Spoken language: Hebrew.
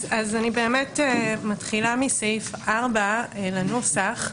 אני מתחילה מסעיף 4 לנוסח,